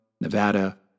Nevada